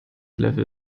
level